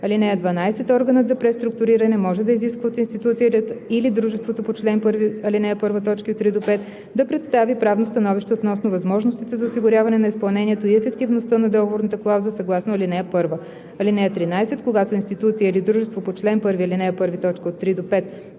(12) Органът за преструктуриране може да изисква от институцията или дружеството по чл. 1, ал. 1, т. 3 – 5 да представи правно становище относно възможностите за осигуряване на изпълнението и ефективността на договорната клауза съгласно ал. 1. (13) Когато институция или дружество по чл. 1,